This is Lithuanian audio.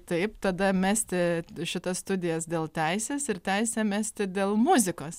taip tada mesti šitas studijas dėl teisės ir teisę mesti dėl muzikos